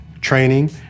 training